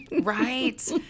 right